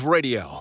Radio